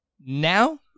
now